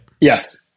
Yes